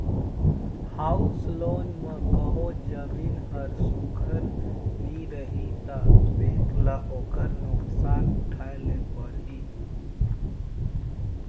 house loan म कहों जमीन हर सुग्घर नी रही ता बेंक ल ओकर नोसकान उठाए ले परही